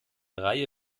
reihe